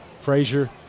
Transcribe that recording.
Frazier